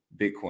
Bitcoin